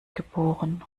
geboren